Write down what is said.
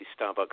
Starbucks